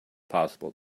possible